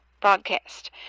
broadcast